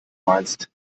meinst